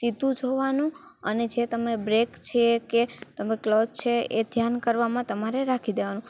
સીધું જોવાનું અને જે તમે બ્રેક છે કે તમે ક્લચ છે એ ધ્યાન કરવામાં તમારે રાખી દેવાનું